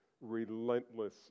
relentless